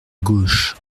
gauche